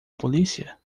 polícia